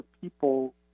people